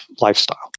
lifestyle